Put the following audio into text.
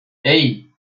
hey